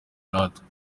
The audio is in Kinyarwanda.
natwe